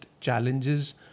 challenges